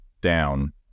down